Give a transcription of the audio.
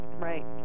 Right